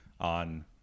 on